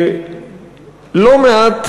לא מעט,